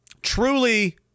truly